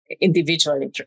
individually